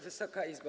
Wysoka Izbo!